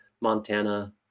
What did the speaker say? Montana